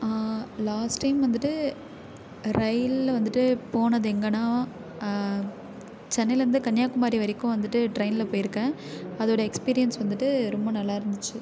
last time வந்துட்டு ரயில்னு வந்துட்டு போனது எங்கேன்னா சென்னைலேருந்து கன்னியாகுமரி வரைக்கும் வந்துட்டு ட்ரெயினில் போயிருக்கேன் அதோட எக்ஸ்பீரியன்ஸ் வந்துட்டு ரொம்ப நல்லா இருந்திச்சு